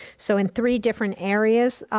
so in three different areas,